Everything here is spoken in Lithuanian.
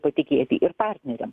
patikėti ir partneriam